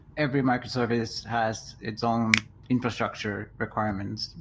every micro-service has its own infrastructure requirements.